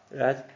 right